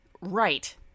right